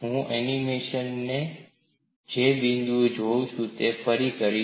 હું અનેિમેશન જે બિંદુ જોઈએ છે તે ફરી કરીશ